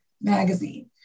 magazine